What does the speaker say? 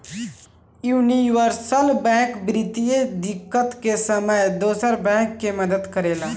universal bank वित्तीय दिक्कत के समय में दोसर बैंक के मदद करेला